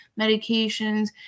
medications